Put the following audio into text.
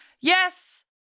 yes